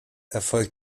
erfolgt